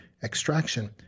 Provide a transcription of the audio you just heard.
Extraction